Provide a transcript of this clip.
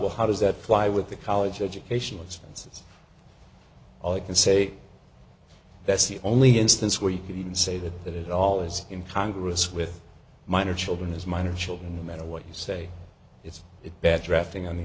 well how does that fly with the college education expenses all i can say that's the only instance where you could even say that that it all is in congress with minor children as minor children that matter what you say it's it bad rafting on the